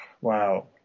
wow